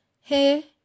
Hey